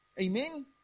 Amen